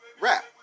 rap